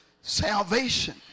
Salvation